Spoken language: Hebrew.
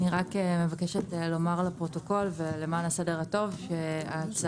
אני מבקשת לומר לוועדה ולמען הסדר הטוב שההצעה